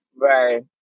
Right